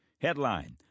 Headline